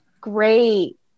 Great